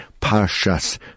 Parshas